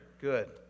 Good